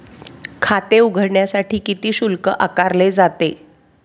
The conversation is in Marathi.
खाते उघडण्यासाठी किती शुल्क आकारले जाते?